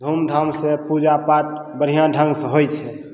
धूमधामसे पूजा पाठ बढ़िआँ ढङ्गसे होइ छै